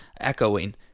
echoing